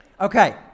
Okay